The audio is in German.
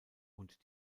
und